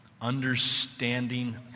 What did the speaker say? understanding